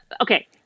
okay